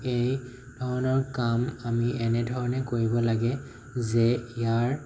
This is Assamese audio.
এই ধৰণৰ কাম আমি এনে ধৰণে কৰিব লাগে যে ইয়াৰ